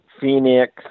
Phoenix